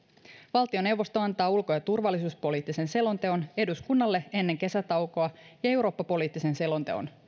valtioneuvosto antaa ulko ja turvallisuuspoliittisen selonteon eduskunnalle ennen kesätaukoa ja eurooppa poliittisen selonteon